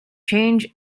change